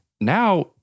Now